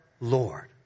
Lord